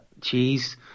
cheese